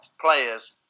players